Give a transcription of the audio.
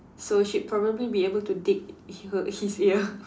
so she'd probably be able to dig her his ear